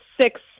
six